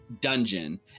dungeon